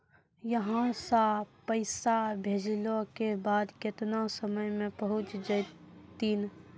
यहां सा पैसा भेजलो के बाद केतना समय मे पहुंच जैतीन?